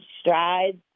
strides